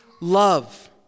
love